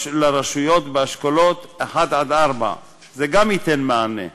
לרשויות באשכולות 1 4. זה גם ייתן מענה.